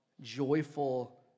joyful